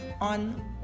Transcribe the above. on